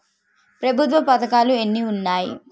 ప్రభుత్వ పథకాలు ఎన్ని ఉన్నాయి?